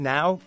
Now